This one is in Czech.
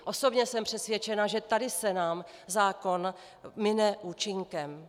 Osobně jsem přesvědčena, že tady se nám zákon mine účinkem.